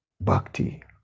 bhakti